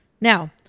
Now